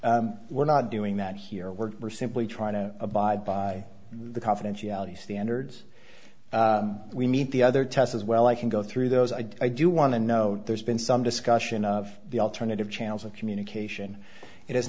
we're not doing that here we're simply trying to abide by the confidentiality standards we meet the other test as well i can go through those i do want to note there's been some discussion of the alternative channels of communication it has